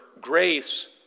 grace